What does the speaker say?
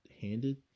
handed